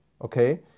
okay